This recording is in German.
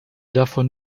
davon